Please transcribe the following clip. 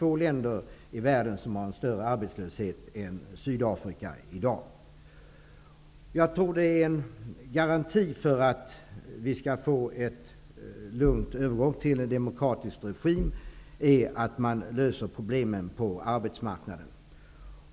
Få länder i världen har i dag en större arbetslöshet än En förutsättning för att få en lugn övergång till en demokratisk regim är att man löser problemen på arbetsmarknaden.